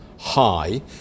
high